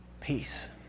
Peace